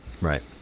Right